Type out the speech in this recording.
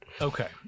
Okay